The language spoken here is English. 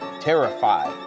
terrified